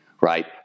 right